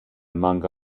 among